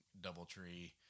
Doubletree